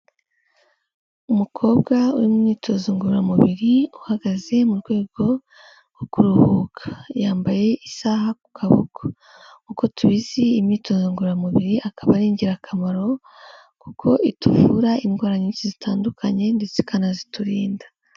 Umukobwa mu myitozo ngoramubiri, uhagaze mu rwego rwo kuruhuka. Yambaye isaha ku kaboko. Nk'uko tubizi imyitozo ngororamubiri akaba ari ingirakamaro, kuko ituvura indwara nyinshi zitandukanye ndetse ikanaziturinda.